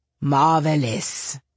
Marvelous